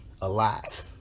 alive